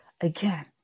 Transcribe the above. Again